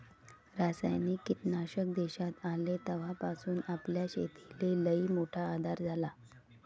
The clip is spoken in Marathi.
रासायनिक कीटकनाशक देशात आले तवापासून आपल्या शेतीले लईमोठा आधार झाला